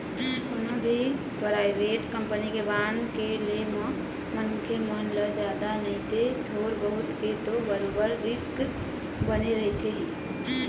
कोनो भी private company के बांड के ले म मनखे मन ल जादा नइते थोर बहुत के तो बरोबर रिस्क बने रहिथे ही